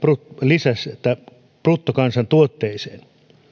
lisästä bruttokansantuotteeseen